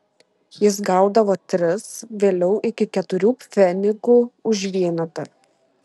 jis gaudavo tris vėliau iki keturių pfenigų už vienetą